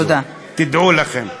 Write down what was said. תדעו לכם.